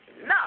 no